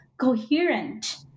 coherent